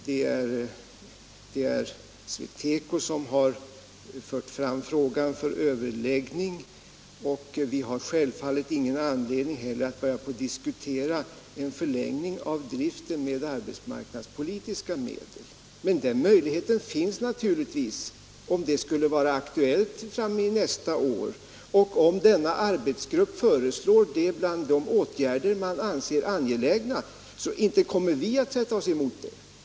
Det är SweTeco som har fört fram frågan för överläggning. Vi har självfallet heller ingen anledning att börja diskutera en förlängning av driften med arbetsmarknadspolitiska medel. Men den möjligheten finns naturligtvis, om det skulle vara aktuellt nästa år. Om ifrågavarande arbetsgrupp föreslår det bland de åtgärder som man anser angelägna, så inte kommer vi i regeringen att sätta oss emot det.